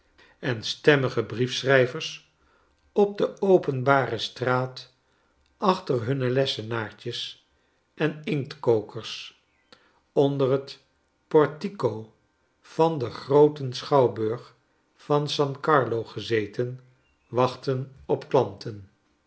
en stemmige briefschrij vers op de openbare straat achter hunne lessenaartjes en inktkokers onder het portico van den grooten schouwburg van san carlo gezeten wachten op klanten